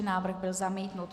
Návrh byl zamítnut.